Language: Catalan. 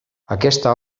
aquesta